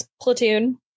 platoon